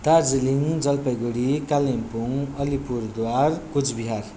Darjeeling Jalpaiguri Kalimpong Alipurduar Cooch Behar